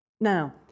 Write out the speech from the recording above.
Now